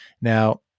Now